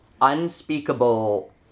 unspeakable